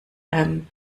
ähm